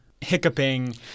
hiccuping